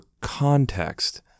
context